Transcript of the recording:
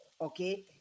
Okay